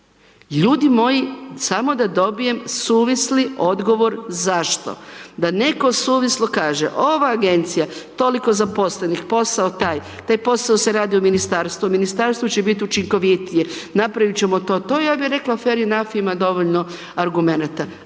Ljudi moji, samo da dobijem suvisli odgovor zašto. Da ne tko suvislo kaže, ova agencija, toliko zaposlenih, posao taj, taj posao se radi u ministarstvu, ministarstvo će biti učinkovitije, napravit ćemo to, to, ja bi rekla fair enough, ima dovoljno argumenata